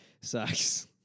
sucks